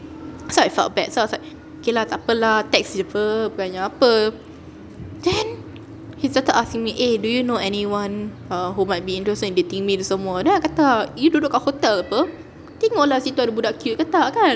so I felt bad so I was like okay lah takpe lah text jer [pe] bukannya apa then he started asking me eh do you know anyone uh who might be interested in dating me tu semua then I kata you duduk kat hotel [pe] tengok lah situ ada budak cute ke tak kan